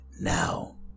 now